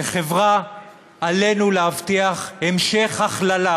כחברה עלינו להבטיח המשך הכללה,